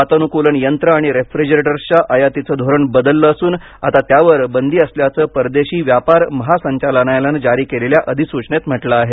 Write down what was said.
वातानुकूलन यंत्र आणि रेफ्रीजरेटर्सच्या आयतीच धोरण बदललं असून आता त्यावर बंदी असल्याचं परदेशी व्यापार महासंचालनालयानं जारी केलेल्या अधिसूचनेत म्हटलं आहे